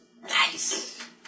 Nice